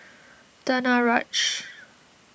Danaraj